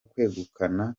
kwegukana